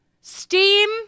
Steam